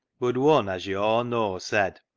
bud wun as yo' aw know said,